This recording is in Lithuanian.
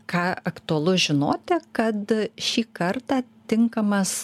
ką aktualu žinoti kad šį kartą tinkamas